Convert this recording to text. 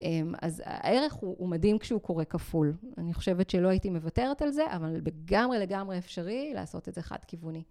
אז הערך הוא מדהים כשהוא קורה כפול. אני חושבת שלא הייתי מוותרת על זה, אבל לגמרי לגמרי אפשרי לעשות את זה חד-כיווני.